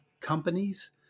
companies